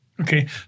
Okay